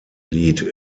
lied